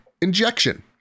Injection